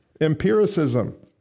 Empiricism